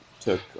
took